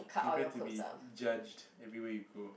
prepare to be judged everywhere you go